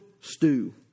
stew